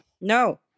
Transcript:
No